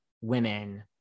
women